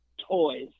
toys